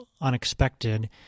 unexpected